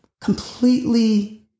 completely